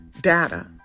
data